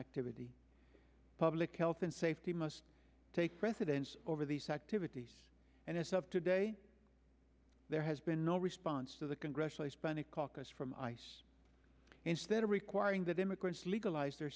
activity public health and safety must take precedence over these activities and as of today there has been no response to the congressional hispanic caucus from ice instead of requiring that immigrants legalize their